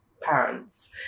parents